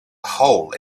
hole